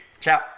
ciao